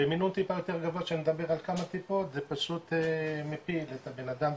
במינון טיפה יותר גבוה שאני מדבר על כמה טיפות זה פשוט מפיל את הבנאדם,